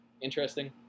interesting